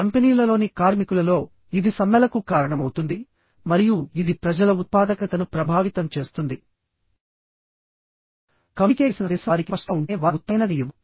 కంపెనీలలోని కార్మికులలో ఇది సమ్మెలకు కారణమవుతుంది మరియు ఇది ప్రజల ఉత్పాదకతను ప్రభావితం చేస్తుంది కమ్యూనికేట్ చేసిన సందేశం వారికి స్పష్టంగా ఉంటేనే వారి ఉత్తమమైనదాన్ని ఇవ్వండి